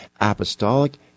apostolic